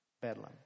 Bedlam